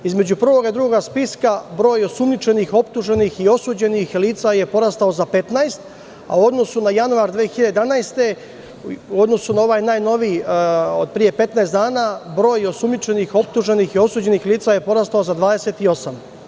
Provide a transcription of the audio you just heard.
Između prvog i drugog spiska broj osumnjičenih, optuženih i osuđenih lica je porastao za 15, a u odnosu na januar 2011. godine, u odnosu na ovaj najnoviji od pre 15 dana, broj osumnjičenih, optuženih i osuđenih lica je porastao za 28.